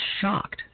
shocked